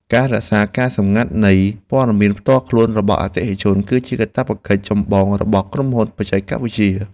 ការរក្សាការសម្ងាត់នៃព័ត៌មានផ្ទាល់ខ្លួនរបស់អតិថិជន គឺជាកាតព្វកិច្ចចម្បងរបស់ក្រុមហ៊ុនបច្ចេកវិទ្យា។